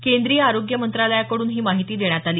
केंद्रीय आरोग्य मंत्रालयाकडून ही माहिती देण्यात आली